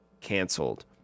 canceled